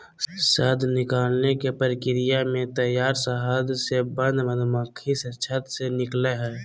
शहद निकालने के प्रक्रिया में तैयार शहद से बंद मधुमक्खी से छत्त से निकलैय हइ